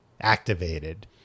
activated